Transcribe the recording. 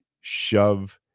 shove